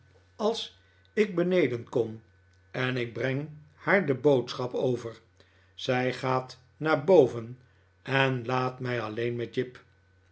als ik beneden kom en ik breng haar de boodschap over zij gaat naar boven en laat mij alleen met jip